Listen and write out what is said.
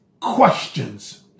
questions